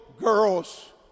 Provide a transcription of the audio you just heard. girls